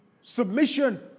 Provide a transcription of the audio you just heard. Submission